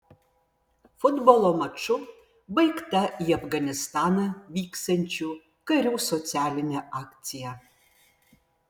futbolo maču baigta į afganistaną vyksiančių karių socialinė akcija